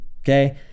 okay